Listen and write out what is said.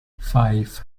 five